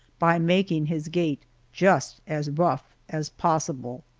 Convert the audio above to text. by making his gait just as rough as possible.